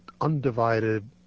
undivided